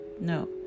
No